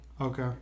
Okay